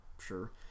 sure